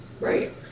Right